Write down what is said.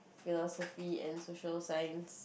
philosophy and social science